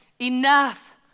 enough